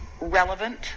relevant